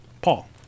Paul